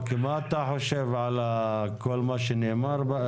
מה אתה חושב על מה שנאמר?